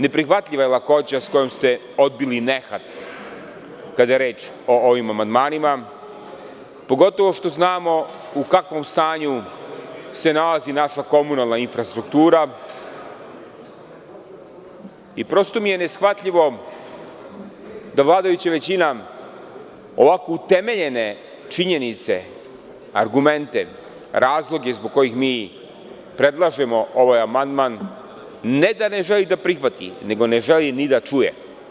Neprihvatljiva je nejasnoća kojom ste odbili nehat kada je reč o ovim amandmanima, pogotovo što znamo u kakvo se stanju nalazi naša komunalna infrastruktura i prosto mi je neshvatljivo da vladajuća većina ovako utemeljene činjenice, argumente, razloge zbog kojih predlažemo ovaj amandman ne da ne želi da prihvati nego ne želi ni da čuje.